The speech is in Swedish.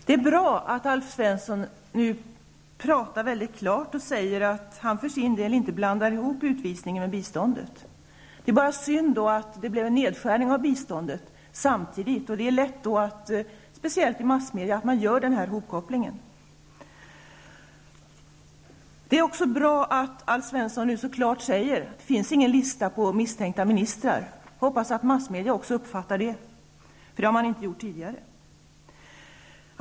Herr talman! Det är bra att Alf Svensson nu talar mycket klart och säger att han för sin del inte blandar ihop utvisningen av diplomaten med biståndet. Det är bara synd att det samtidigt med utvisningen blev en nedskärning av biståndet, och det är då, speciellt i massmedia, lätt att man gör den här hopkopplingen. Det är också bra att Alf Svensson nu så klart säger att det inte finns någon lista på misstänkta ministrar. Jag hoppas att massmedia också uppfattar det. Det har man nämligen inte gjort tidigare.